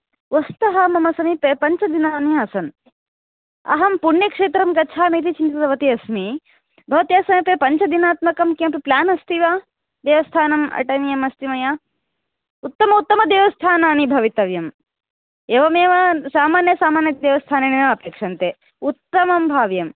वस्तुतः मम समीपे पञ्चदिनानि आसन् अहं पुण्यक्षेत्रं गच्छामि इति चिन्तितवती अस्मि भवत्याः समीपे पञ्चदिनात्मकं किम् अपि प्लान् अस्ति वा देवस्थानम् अटनीयम् अस्ति मया उत्तम उत्तम देवस्थानानि भवितव्यम् एवमेव सामान्यसामन्यदेवस्थानम् न अपेक्षन्ते उत्तमं भाव्यं